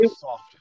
soft